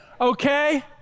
Okay